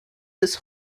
his